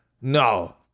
No